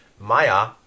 Maya